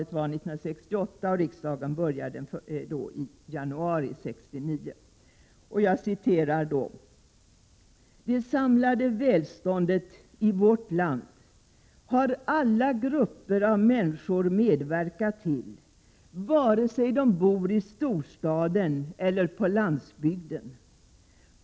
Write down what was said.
1968 var det val och riksdagen samlades alltså i januari 1969. Jag citerar således från mitt allra första anförande i riksdagen: ”Det samlade välståndet i vårt land har alla grupper av människor medverkat till, vare sig de bor i storstaden eller på landsbygden.